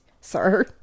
sir